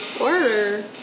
Order